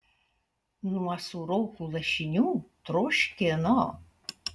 nuo sūrokų lašinių troškino